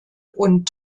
und